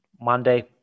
Monday